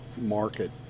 market